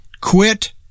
Quit